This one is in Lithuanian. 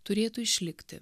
turėtų išlikti